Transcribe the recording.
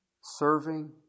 Serving